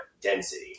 density